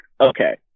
okay